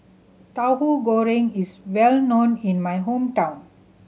Tahu Goreng is well known in my hometown